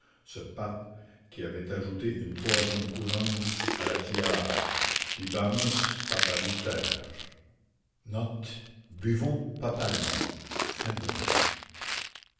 ce pape qui avait ajouté une troisième couronne à la tiare